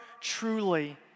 truly